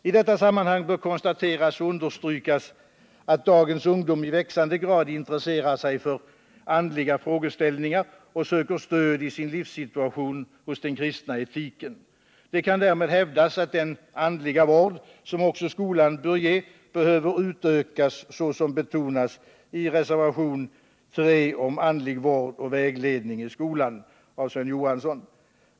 I detta sammanhang bör det understrykas att dagens ungdom i växande grad intresserar sig för andliga frågor och söker i sin livssituation stöd i den kristna etiken. Det kan därför hävdas att den andliga vård som också skolan bör ge behöver utökas, vilket också betonas i reservationen 3 av Sven Johansson om andlig vård och vägledning i skolan.